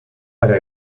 para